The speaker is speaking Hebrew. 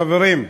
חברים,